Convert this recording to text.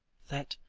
that,